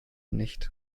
nicht